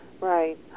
Right